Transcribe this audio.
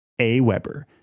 AWeber